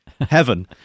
heaven